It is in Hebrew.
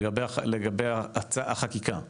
לגבי החקיקה.